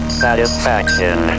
satisfaction